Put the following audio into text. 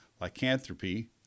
lycanthropy